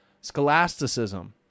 scholasticism